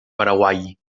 paraguai